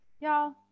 Y'all